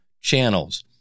channels